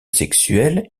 sexuel